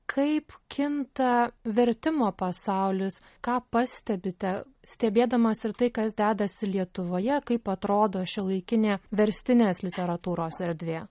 kaip kinta vertimo pasaulis ką pastebite stebėdamas ir tai kas dedasi lietuvoje kaip atrodo šiuolaikinė verstinės literatūros erdvė